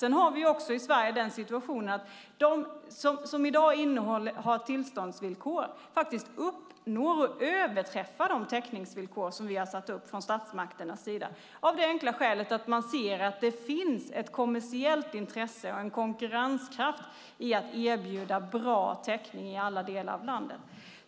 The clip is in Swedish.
Sedan har vi i Sverige den situationen att de som i dag innehar tillståndsvillkor faktiskt uppnår och överträffar de täckningsvillkor som vi har satt upp från statsmakternas sida, av det enkla skälet att de ser att det finns ett kommersiellt intresse och en konkurrenskraft i att erbjuda bra täckning i alla delar av landet.